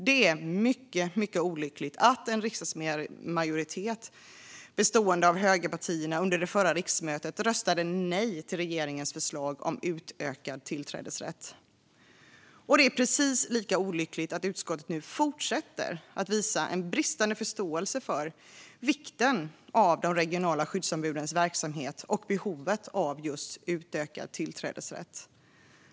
Det är mycket olyckligt att en riksdagsmajoritet, bestående av högerpartierna, under förra riksmötet röstade ned regeringens förslag om utökad tillträdesrätt. Det är precis lika olyckligt att utskottet nu fortsätter att visa en bristande förståelse för vikten av de regionala skyddsombudens verksamhet och behovet av just en utökad tillträdesrätt.